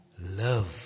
love